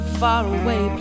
faraway